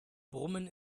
brummen